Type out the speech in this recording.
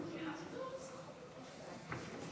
התשע"ט 2018,